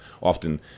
often